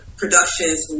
productions